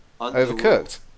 Overcooked